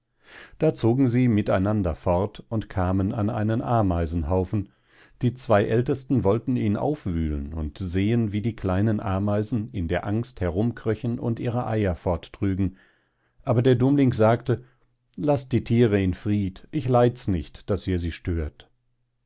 da zogen sie miteinander fort und kamen an einen ameisenhaufen die zwei ältesten wollten ihn aufwühlen und sehen wie die kleinen ameisen in der angst herumkröchen und ihre eier forttrügen aber der dummling sagte laßt die thiere in fried ich leids nicht daß ihr sie stört